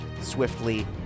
swiftly